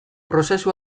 prozesu